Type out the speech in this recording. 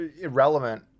irrelevant